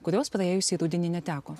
kurios praėjusį rudenį neteko